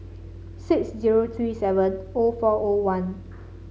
six zero three seven O four O one